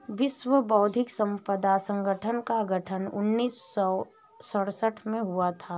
विश्व बौद्धिक संपदा संगठन का गठन उन्नीस सौ सड़सठ में हुआ था